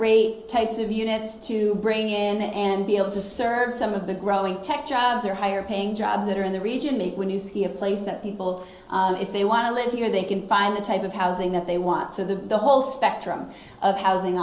rate types of units to bring in and be able to serve some of the growing tech jobs are higher paying jobs that are in the region make when you see a place that people if they want to live here they can find the type of housing that they want so the whole spectrum of housing